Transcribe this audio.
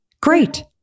Great